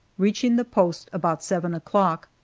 reaching the post about seven o'clock.